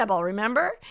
remember